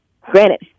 Granted